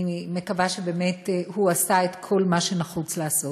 אני מקווה שהוא באמת עשה את כל מה שנחוץ לעשות.